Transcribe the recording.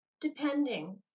Depending